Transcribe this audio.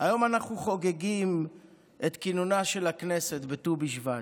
היום אנחנו חוגגים את כינונה של הכנסת בט"ו בשבט.